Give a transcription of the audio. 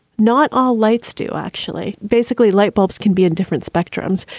not all lights do. actually, basically light bulbs can be in different spectrums.